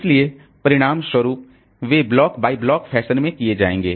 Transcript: इसलिए परिणामस्वरूप वे ब्लॉक बाय ब्लॉक फैशन में किए जाएंगे